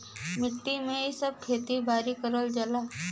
मट्टी में ही सब खेती बारी करल जाला